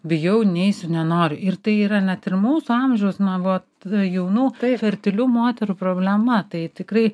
bijau neisiu nenoriu ir tai yra net ir mūsų amžiaus na vat jaunų fertilių moterų problema tai tikrai